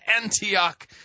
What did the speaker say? Antioch